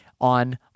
on